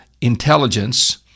intelligence